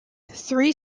three